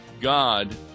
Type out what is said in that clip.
God